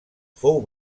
fou